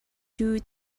two